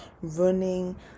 running